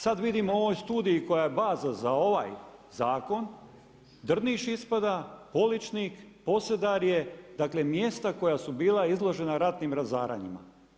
Sada vidim u ovoj studiji koja je baza za ovaj zakon Drniš ispada, Poličnik, Posedarje, dakle mjesta koja su bila izložena ratnim razaranjima.